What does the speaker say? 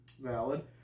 Valid